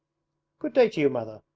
good-day to you. mother!